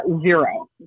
zero